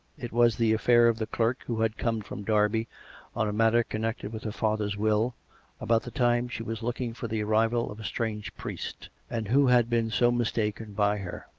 it was the affair of the clerk who had come from derby on a matter con nected with her father's will about the time she was looking for the arrival of a strange priest, and who had been so mis taken by her.